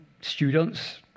students